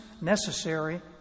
necessary